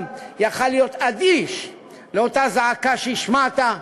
היה יכול להיות אדיש לאותה זעקה שהשמעת,